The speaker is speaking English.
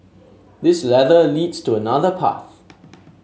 this ladder leads to another path